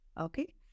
Okay